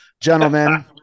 gentlemen